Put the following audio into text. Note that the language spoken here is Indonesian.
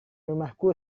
rumahku